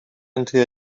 into